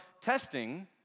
testing